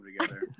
together